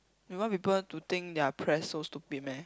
you want people to think their press so stupid meh